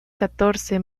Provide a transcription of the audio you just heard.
catorce